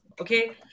Okay